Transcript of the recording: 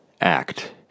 act